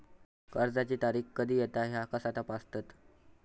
कर्जाची तारीख कधी येता ह्या कसा तपासतत?